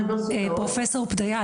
פרופסור פדיה,